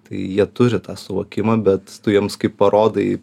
tai jie turi tą suvokimą bet tu jiems kai parodai